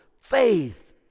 faith